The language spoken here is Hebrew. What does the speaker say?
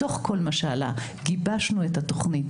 מתוך כל מה שעלה גיבשנו את התוכנית,